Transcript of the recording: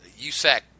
USAC